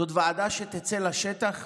זאת ועדה שתצא לשטח.